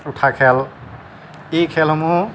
উঠা খেল এই খেলসমূহ